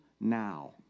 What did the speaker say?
now